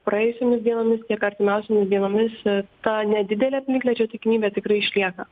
praėjusiomis dienomis tiek artimiausiomis dienomis ir ta nedidelė plikledžio tikimybė tikrai išlieka